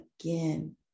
again